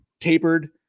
tapered